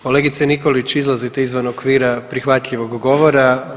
Kolegice Nikolić izlazite izvan okvira prihvatljivog govora.